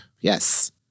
Yes